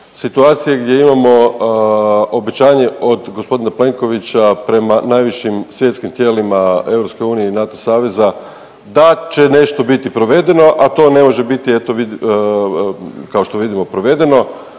situacije gdje imamo obećanje od g. Plenkovića prema najvišim svjetskim tijelima EU i NATO saveza da će nešto biti provedeno, a to ne može biti, eto,